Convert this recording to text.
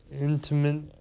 Intimate